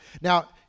Now